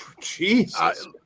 Jesus